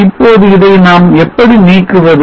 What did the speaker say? இப்போது இதை நாம் எப்படி நீக்குவது